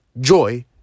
Joy